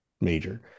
major